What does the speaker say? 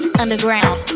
underground